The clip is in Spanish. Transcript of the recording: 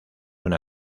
una